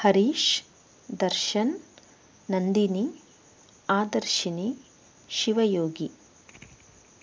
Harish Darshan Nandini Adarshini Shivayogi